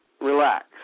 relax